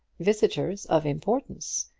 visitors of importance,